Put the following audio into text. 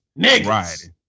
niggas